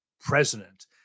president